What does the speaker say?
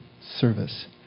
service